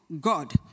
God